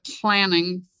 planning